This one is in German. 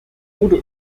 oder